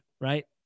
right